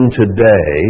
today